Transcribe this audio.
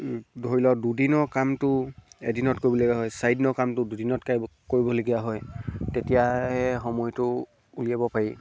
ধৰি লওক দুদিনৰ কামটো এদিনত কৰিবলগীয়া হয় চাৰিদিনৰ কামটো দুদিনত কৰিবলগীয়া হয় তেতিয়াহে সময়টো উলিয়াব পাৰি